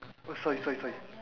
oh sorry sorry sorry